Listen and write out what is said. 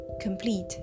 complete